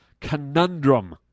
conundrum